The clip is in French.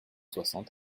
soixante